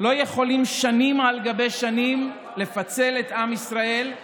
לא יכולים שנים על גבי שנים לפצל את עם ישראל,